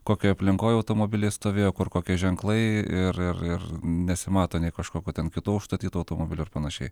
kokioj aplinkoj automobiliai stovėjo kur kokie ženklai ir ir ir nesimato nei kažkokių ten kitų užstatytų automobilių ir panašiai